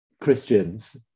Christians